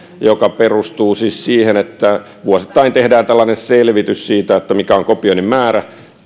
joka perustuu siis siihen että vuosittain tehdään tällainen selvitys siitä mikä on kopioinnin määrä